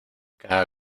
cada